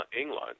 England